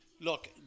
look